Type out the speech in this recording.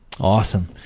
Awesome